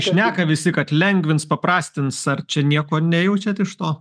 šneka visi kad lengvins paprastins ar čia nieko nejaučiat iš to